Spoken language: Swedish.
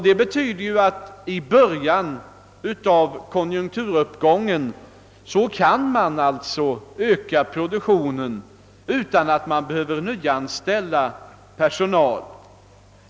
Detta betyder att produktionen i början av konjunkturuppgången kan ökas utan att personal behöver nyanställas.